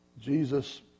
Jesus